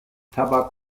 tabak